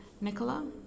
Nicola